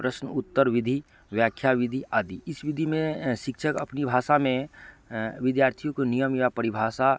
प्रश्न उत्तर विधि व्याख्या विधि आदि इस विधि में शिक्षक अपनी भाषा में विद्यार्थी को नियम या परिभाषा